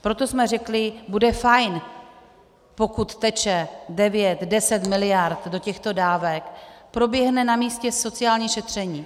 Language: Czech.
Proto jsme řekli, bude fajn, pokud teče devět deset miliard do těchto dávek, proběhne na místě sociální šetření.